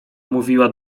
mówiła